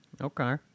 Okay